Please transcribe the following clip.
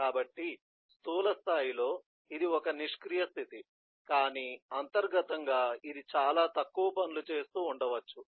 కాబట్టి స్థూల స్థాయిలో ఇది ఒక నిష్క్రియ స్థితి కానీ అంతర్గతంగా ఇది చాలా తక్కువ పనులు చేస్తూ ఉండవచ్చు